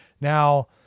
Now